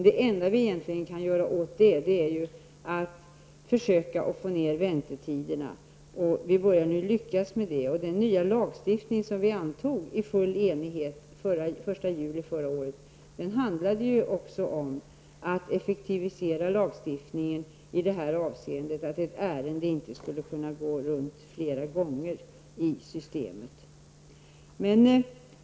Det enda vi egentligen kan göra åt detta är att försöka få ner väntetiderna, och vi börjar nu lyckas med detta. Den nya lagstiftning som antogs i full enighet den 1 juli förra året syftade också till att effektivisera lagstiftningen i detta avseende så att ett ärende inte skulle kunna gå runt flera gånger i systemet.